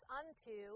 unto